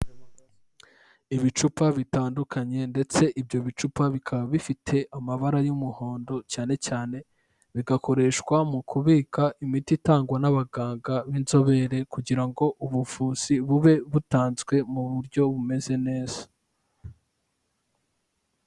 Ibicupa bitandukanye ndetse ibyo bicupa bikaba bifite amabara y'umuhondo, cyane cyane bigakoreshwa mu kubika imiti itangwa n'abaganga b'inzobere, kugira ngo ubuvuzi bube butanzwe mu buryo bumeze neza.